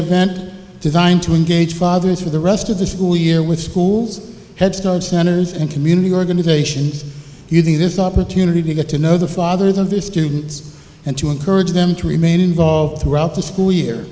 event designed to engage fathers for the rest of the school year with schools headstart centers and community organisations using this opportunity to get to know the fathers of their students and to encourage them to remain involved throughout the school year